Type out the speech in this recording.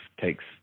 takes